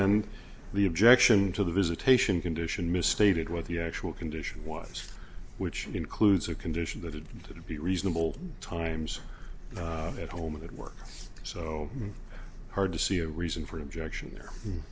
then the objection to the visitation condition misstated what the actual condition was which includes a condition that had to be reasonable times at home and at work so hard to see a reason for objection there